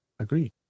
Agree